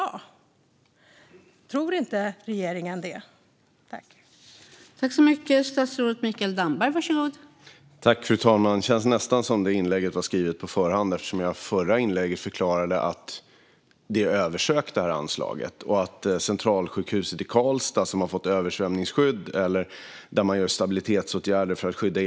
Tror inte regeringen det?